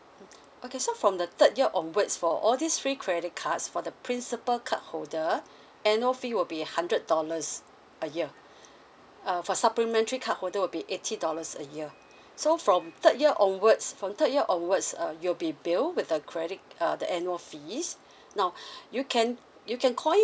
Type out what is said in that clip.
okay so from the third year onwards for all these three credit cards for the principal card holder annual fee will be hundred dollars a year uh for supplementary card holder will be eighty dollars a year so from third year onwards from third year onwards uh you'll be bill with a credit uh the annual fees now you can you can call in